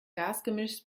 gasgemischs